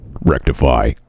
Rectify